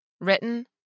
Written